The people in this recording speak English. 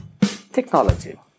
technology